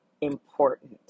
important